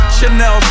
Chanel